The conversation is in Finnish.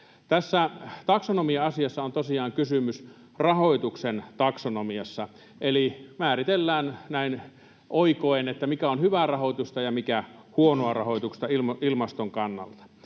Tässä taksonomia-asiassa on tosiaan kysymys rahoituksen taksonomiasta, eli määritellään — näin oikoen — mikä on hyvää rahoitusta ja mikä huonoa rahoitusta ilmaston kannalta.